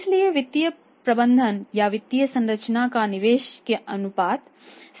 इसलिए वित्तीय प्रबंधन या वित्तीय संरचना का निवेश के अनुपात से अध्ययन किया जा सकता है